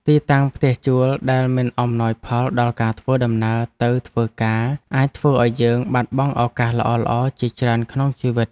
ទីតាំងផ្ទះជួលដែលមិនអំណោយផលដល់ការធ្វើដំណើរទៅធ្វើការអាចធ្វើឱ្យយើងបាត់បង់ឱកាសល្អៗជាច្រើនក្នុងជីវិត។